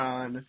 on